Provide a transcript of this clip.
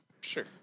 sure